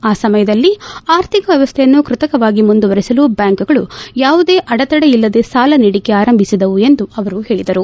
ಆ ಸಮಯದಲ್ಲಿ ಆರ್ಥಿಕ ವ್ಯವಸ್ನೆಯನ್ನು ಕೃತಕವಾಗಿ ಮುಂದುವರೆಸಲು ಬ್ಡಾಂಕ್ಗಳು ಯಾವುದೇ ಅಡತಡೆ ಇಲ್ಲದೇ ಸಾಲ ನೀಡಿಕೆ ಆರಂಭಿಸಿದವು ಎಂದು ಅವರು ಹೇಳಿದರು